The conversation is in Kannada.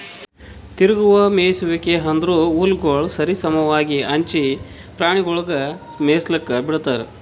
ತಿರುಗುವ ಮೇಯಿಸುವಿಕೆ ಅಂದುರ್ ಹುಲ್ಲುಗೊಳ್ ಸರಿ ಸಮವಾಗಿ ಹಂಚಿ ಪ್ರಾಣಿಗೊಳಿಗ್ ಮೇಯಿಸ್ಲುಕ್ ಬಿಡ್ತಾರ್